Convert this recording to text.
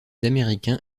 américains